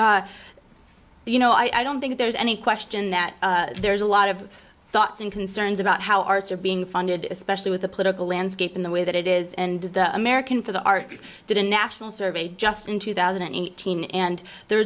you know i don't think there's any question that there's a lot of thoughts and concerns about how arts are being funded especially with the political landscape in the way that it is and american for the arts did a national survey just in two thousand and eighteen and the